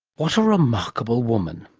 what a remarkable woman.